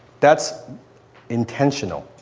that's intentional.